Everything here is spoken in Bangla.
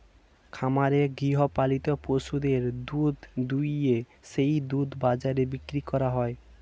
খামারে গৃহপালিত পশুদের দুধ দুইয়ে সেই দুধ বাজারে বিক্রি করা হয়